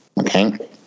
Okay